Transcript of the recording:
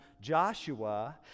Joshua